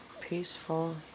peaceful